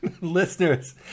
listeners